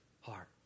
heart